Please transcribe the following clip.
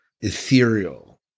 ethereal